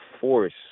force